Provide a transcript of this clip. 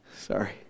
Sorry